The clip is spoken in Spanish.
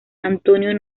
antonio